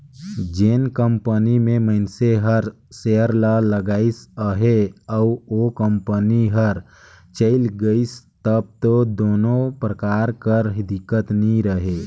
जेन कंपनी में मइनसे हर सेयर ल लगाइस अहे अउ ओ कंपनी हर चइल गइस तब दो कोनो परकार कर दिक्कत नी हे